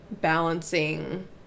balancing